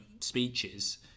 speeches